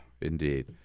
indeed